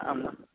આમાં